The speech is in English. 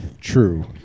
True